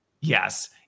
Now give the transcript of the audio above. yes